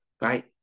right